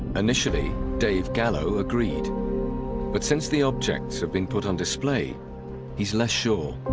initially dave gallo agreed but since the objects have been put on display he's less sure